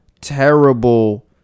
terrible